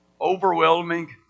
overwhelming